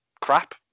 crap